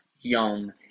young